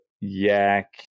Yak